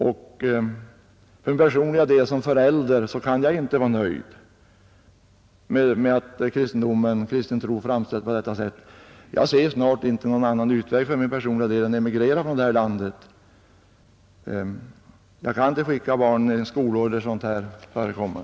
För min personliga del såsom förälder kan jag inte vara nöjd med att kristen tro framställs på detta sätt. Jag ser snart ingen annan utväg för min personliga del än att emigrera från detta land. Jag kan inte skicka mina barn till en skola där sådant här förekommer.